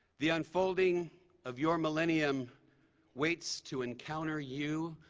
the unfolding of your millennium waits to encounter you,